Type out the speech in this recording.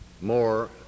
more